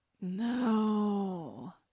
No